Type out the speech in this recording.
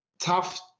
Tough